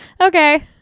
okay